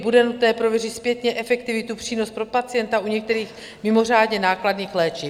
Bude nutné prověřit zpětně efektivitu, přínos pro pacienta u některých mimořádně nákladných léčiv.